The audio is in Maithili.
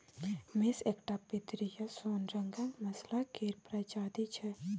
मेस एकटा पितरिया सोन रंगक मसल्ला केर प्रजाति छै